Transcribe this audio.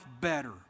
better